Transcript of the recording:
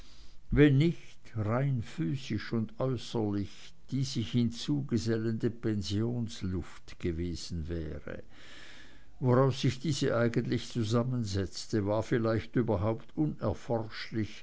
wenn nicht rein physisch und äußerlich die sich hinzugesellende pensionsluft gewesen wäre woraus sich diese eigentlich zusammensetzte war vielleicht überhaupt